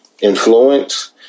influence